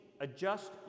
Adjust